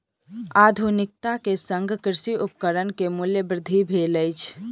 आधुनिकता के संग कृषि उपकरण के मूल्य वृद्धि भेल अछि